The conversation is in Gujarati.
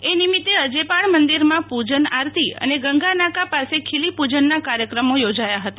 એ નિમિત્ત અજેપાળ મંદીરમાં પૂ ન આરતી અને ગંગા નાકા પાસે ખીલી પૂ નના કાર્યક્રમ યોજાયા હતા